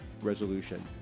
Resolution